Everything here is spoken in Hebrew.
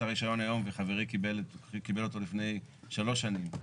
הרישיון היום וחברי קיבל אותו לפני שלוש שנים,